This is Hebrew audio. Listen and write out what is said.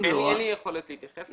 אין לי יכולת להתייחס לזה.